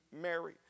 Mary